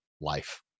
life